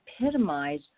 epitomize